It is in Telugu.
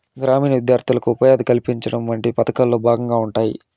గ్రామీణ విద్యార్థులకు ఉపాధి కల్పించడం వంటివి పథకంలో భాగంగా ఉంటాయి